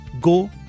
go